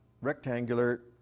rectangular